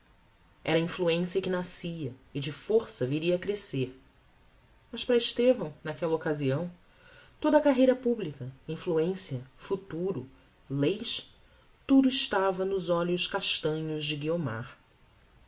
era influencia que nascia e de força viria a crescer mas para estevão naquella occasião toda a carreira publica influencia futuro leis tudo estava nos olhos castanhos de guiomar